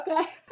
Okay